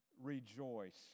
rejoice